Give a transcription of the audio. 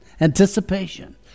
anticipation